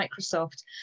Microsoft